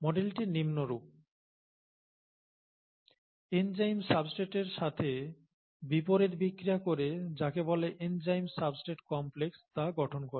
মডেলটি নিম্নরূপ এনজাইম সাবস্ট্রেটের সাথে বিপরীত বিক্রিয়া করে যাকে বলে এনজাইম সাবস্ট্রেট কমপ্লেক্স তা গঠন করে